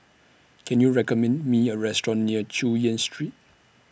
Can YOU recommend Me A Restaurant near Chu Yen Street